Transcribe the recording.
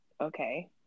okay